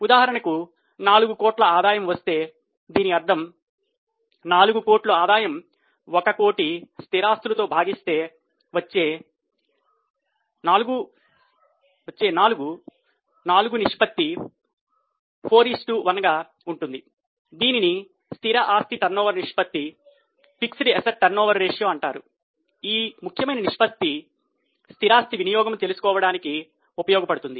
ఉదాహరణకు నాలుగు కోట్ల ఆదాయం వస్తే దీని అర్థం ఏమిటంటే నాలుగు కోట్ల ఆదాయం ఒక కోటి స్థిరాస్తులుతో భాగిస్తే వచ్చే 4 4 నిష్పత్తి 1 గణించడానికి కూడా ఉపయోగపడుతుంది